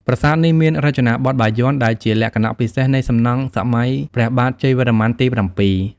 ប្រាសាទនេះមានរចនាបថបាយ័ន ដែលជាលក្ខណៈពិសេសនៃសំណង់សម័យព្រះបាទជ័យវរ្ម័នទី ៧។